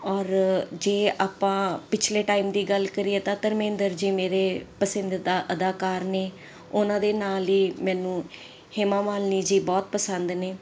ਔਰ ਜੇ ਆਪਾਂ ਪਿਛਲੇ ਟਾਈਮ ਦੀ ਗੱਲ ਕਰੀਏ ਤਾਂ ਧਰਮਿੰਦਰ ਜੀ ਮੇਰੇ ਪਸੰਦੀਦਾ ਅਦਾਕਾਰ ਨੇ ਉਨ੍ਹਾਂ ਦੇ ਨਾਲ ਹੀ ਮੈਨੂੰ ਹੇਮਾ ਮਾਲਿਨੀ ਜੀ ਬਹੁਤ ਪਸੰਦ ਨੇ